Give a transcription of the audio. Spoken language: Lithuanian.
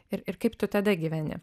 ir ir kaip tu tada gyveni